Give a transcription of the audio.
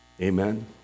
amen